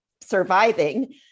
surviving